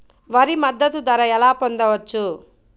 వరి మద్దతు ధర ఎలా పొందవచ్చు?